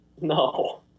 No